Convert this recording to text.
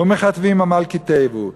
ומכַתבים עמל כיתבו,